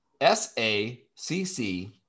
S-A-C-C